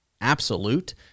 absolute